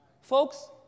Folks